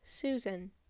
Susan